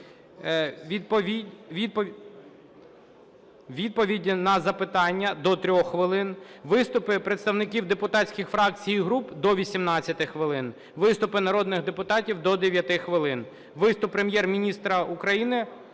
відповіді на запитання – до 3 хвилин; виступи представників депутатських фракцій і груп – до 18 хвилин; виступи народних депутатів – до 9 хвилин; виступ Прем'єр-міністра України